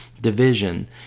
division